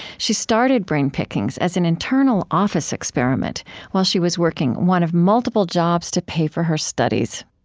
she started brain pickings as an internal office experiment while she was working one of multiple jobs to pay for her studies